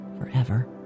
forever